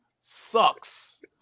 sucks